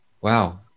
Wow